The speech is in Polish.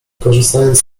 korzystając